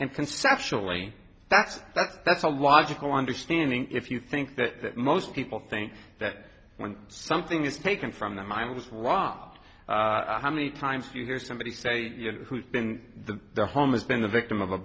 that's that's that's a logical understanding if you think that most people think that when something is taken from them i was wrong how many times do you hear somebody say who's been the home has been the victim of a